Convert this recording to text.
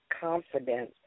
confidence